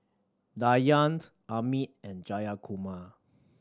Dhyan Amit and Jayakumar